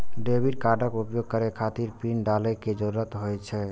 debit कार्डक उपयोग करै खातिर पिन डालै के जरूरत होइ छै